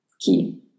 Key